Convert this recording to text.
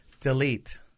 Delete